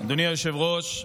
אדוני היושב-ראש.